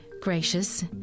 Gracious